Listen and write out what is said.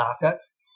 assets